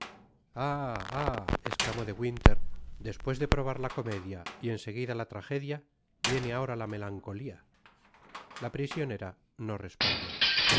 esclamó de winter despues de probar la comedia y en seguida la tragedia viene ahora la melancolia la prisionera no respondió si